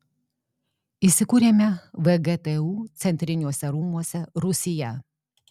įsikūrėme vgtu centriniuose rūmuose rūsyje